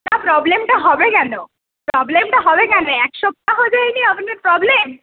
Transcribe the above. তা প্রবলেমটা হবে কেন প্রবলেমটা হবে কেন এক সপ্তাহ যায়নি আপনার প্রবলেম